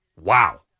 Wow